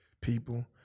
people